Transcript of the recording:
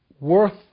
worth